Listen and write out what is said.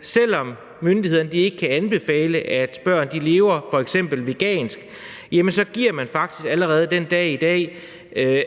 selv om myndighederne ikke kan anbefale, at børn lever f.eks. vegansk, så giver man faktisk allerede den dag i dag